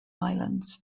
islands